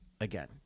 Again